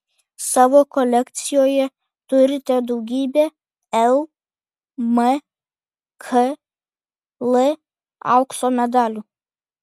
savo kolekcijoje turite daugybę lmkl aukso medalių